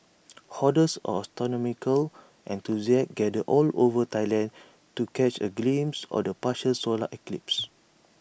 hordes of astronomical enthusiasts gathered all over Thailand to catch A glimpse of the partial solar eclipse